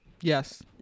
Yes